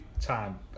time